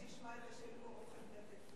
אז